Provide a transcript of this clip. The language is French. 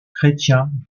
chrétien